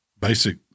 basic